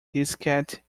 diskette